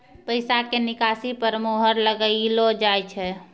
पैसा के निकासी पर मोहर लगाइलो जाय छै